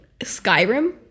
Skyrim